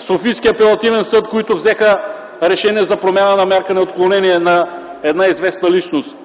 Софийския апелативен съд, които взеха решение за промяна на мярката за отклонение на една известна личност?